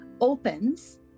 opens